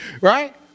Right